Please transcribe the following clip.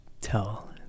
tell